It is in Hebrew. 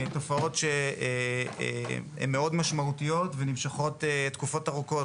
תופעות שהן מאוד משמעותיות ונמשכות תקופות ארוכות,